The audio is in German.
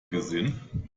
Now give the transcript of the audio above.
gesehen